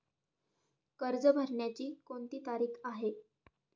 कर्ज भरण्याची कोणती तारीख आहे?